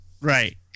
right